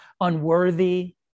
unworthy